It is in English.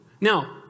Now